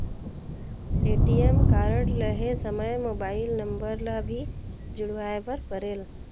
ATM card लहे समय mobile number ला भी जुड़वाए बर परेल?